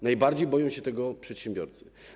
Najbardziej boją się tego przedsiębiorcy.